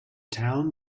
town